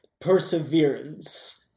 Perseverance